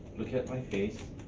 look at my face.